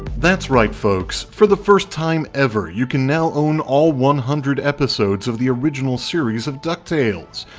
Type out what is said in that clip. that's right folks, for the first time ever you can now own all one hundred episodes of the original series of ducktales.